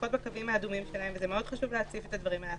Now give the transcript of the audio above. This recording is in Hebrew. לפחות בקווים האדומים שלהם וזה מאוד חשוב להציף את הדברים האלה.